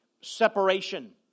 separation